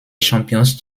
champions